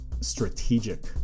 strategic